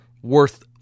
worth